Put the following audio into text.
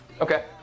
Okay